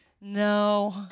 No